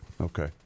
Okay